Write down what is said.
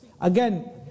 Again